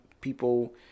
people